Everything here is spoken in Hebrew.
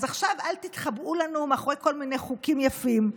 אז עכשיו אל תתחבאו לנו מאחורי כל מיני חוקים יפים.